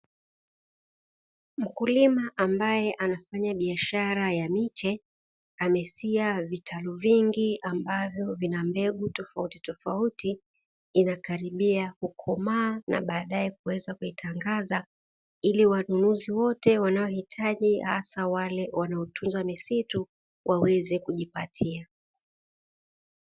Mkulima ambaye anafanya biashara ya miche amesia vitalu vingi ambavyo vina mbegu tofautitofauti, inakaribia kukomaa na baadaye kuweza kuitangaza, ili wanunuzi wote wanaohitaji hasa wale wanaotunza misitu waweze kujipatia.